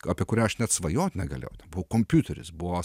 apie kurią aš net svajot negalėjau ten buvo kompiuteris buvo